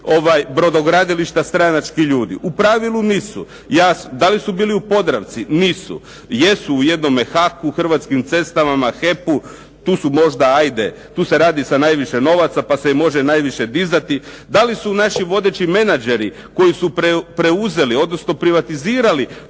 šefovi brodogradilišta stranački ljudi? U pravilu nisu. Da li su bili u Podravci? Nisu. Jesu u jednome HAK-u, Hrvatskim cestama, HEP-u, tu su možda, tu se radi sa najviše novaca pa se i može najviše dizati. Da li su naši vodeći menađeri koji su preuzeli odnosno privatizirali